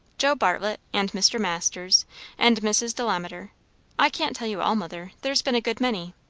joe bartlett and mr. masters and mrs. delamater i can't tell you all, mother there's been a good many.